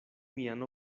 mian